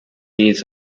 years